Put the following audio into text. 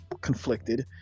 conflicted